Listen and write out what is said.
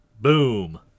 Boom